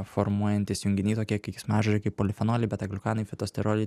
formuojantys junginiui tokie keiksmažodžiai kaip polifenoliai betagliukanai fitosteroliai